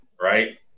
Right